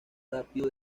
rápido